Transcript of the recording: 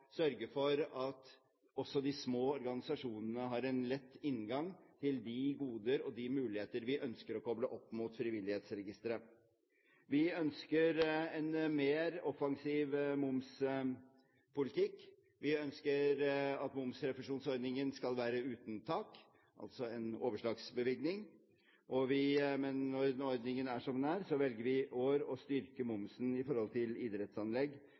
sørge for at også de små organisasjonene har en lett inngang til de goder og de muligheter vi ønsker å koble opp mot Frivillighetsregisteret. Vi ønsker en mer offensiv momspolitikk. Vi ønsker at momsrefusjonsordningen skal være uten tak, altså en overslagsbevilgning, men når ordningen er som den er, velger vi i år å styrke momsen for idrettsanlegg